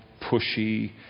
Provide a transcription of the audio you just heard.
pushy